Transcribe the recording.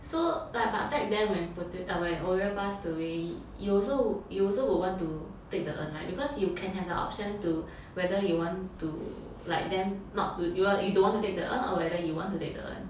so but back then when we pota~ uh when oreo passed away you also you also will want to take the urn [right] because you can have the option to whether you want to like them not to you don't want to take the urn or whether you want to take the urn